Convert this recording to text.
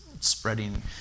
spreading